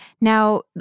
Now